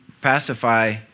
pacify